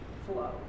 flow